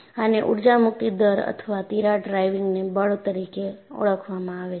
આને ઊર્જા મુક્તિ દર અથવા તિરાડ ડ્રાઇવિંગને બળ તરીકે ઓળખવામાં આવે છે